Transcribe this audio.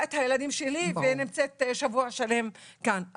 את הילדים שלי ונמצאת שבוע שלם כאן.